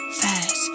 fast